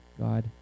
God